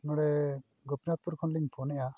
ᱱᱚᱰᱮ ᱜᱚᱯᱤᱱᱟᱛᱷᱯᱩᱨ ᱠᱷᱚᱱᱞᱤᱧ ᱯᱷᱳᱱᱮᱫᱼᱟ